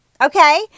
Okay